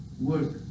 work